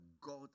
God